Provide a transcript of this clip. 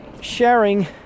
sharing